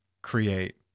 create